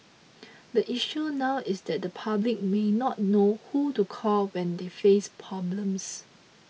the issue now is that the public may not know who to call when they face problems